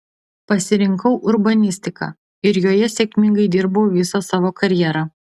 pasirinkau urbanistiką ir joje sėkmingai dirbau visą savo karjerą